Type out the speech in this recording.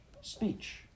Speech